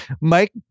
Mike